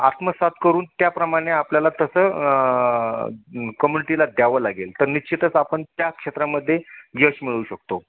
आत्मसात करून त्याप्रमाणे आपल्याला तसं कमुनिटीला द्यावं लागेल तर निश्चितच आपण त्या क्षेत्रामध्ये यश मिळवू शकतो